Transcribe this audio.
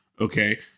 Okay